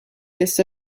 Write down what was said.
kes